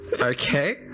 Okay